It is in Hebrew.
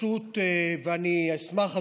ואני אשמח,